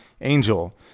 angel